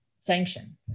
sanction